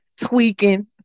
tweaking